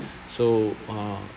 so uh